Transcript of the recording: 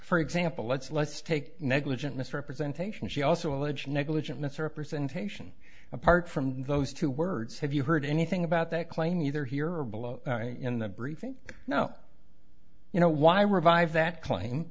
for example let's let's take negligent misrepresentation she also allege negligent misrepresentation apart from those two words have you heard anything about that claim either here or below in the briefing now you know why revive that claim